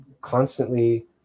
Constantly